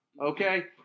Okay